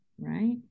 Right